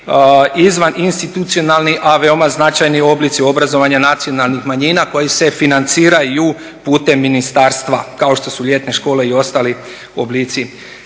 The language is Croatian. izvaninstitucionalni a veoma značajni oblici obrazovanja nacionalnih manjina koji se financiraju putem ministarstva, kao što su ljetne škole i ostali oblici.